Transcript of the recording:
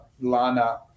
Lana